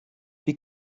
wie